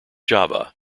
java